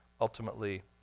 ultimately